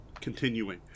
continuing